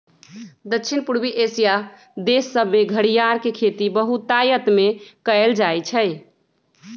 दक्षिण पूर्वी एशिया देश सभमें घरियार के खेती बहुतायत में कएल जाइ छइ